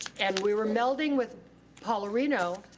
and we were melding with paularino,